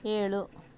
ಏಳು